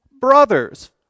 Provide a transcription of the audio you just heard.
brothers